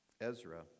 Ezra